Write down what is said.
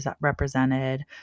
represented